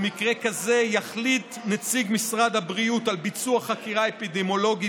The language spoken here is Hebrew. במקרה כזה יחליט נציג משרד הבריאות על ביצוע חקירה אפידמיולוגית